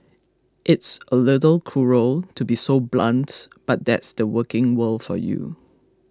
it's a little cruel to be so blunt but that's the working world for you